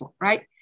right